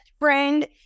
friend